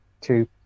two